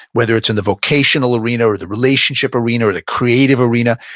whether it's in the vocational arena or the relationship arena or the creative arena,